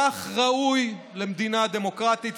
כך ראוי למדינה דמוקרטית,